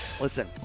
Listen